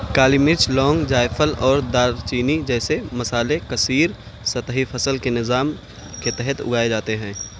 کالی مرچ لونگ جائفل اور دار چینی جیسے مصالحے کثیر سطحی فصل کے نظام کے تحت اگائے جاتے ہیں